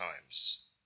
times